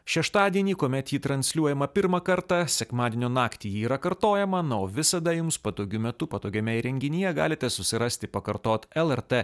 šeštadienį kuomet ji transliuojama pirmą kartą sekmadienio naktį ji yra kartojama na o visada jums patogiu metu patogiame įrenginyje galite susirasti pakartot lrt